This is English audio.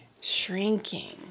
Shrinking